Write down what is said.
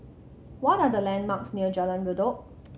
what are the landmarks near Jalan Redop